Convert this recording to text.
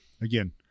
again